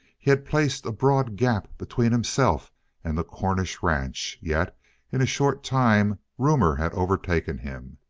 he had placed a broad gap between himself and the cornish ranch, yet in a short time rumor had overtaken him,